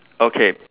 okay